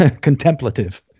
contemplative